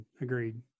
agreed